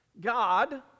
God